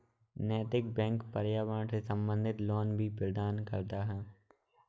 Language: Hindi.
नैतिक बैंक पर्यावरण से संबंधित लोन भी प्रदान करता है